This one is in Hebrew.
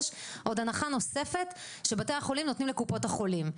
עוד הנחה נוספת שבתי החולים נותנים לקופות החולים.